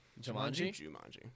Jumanji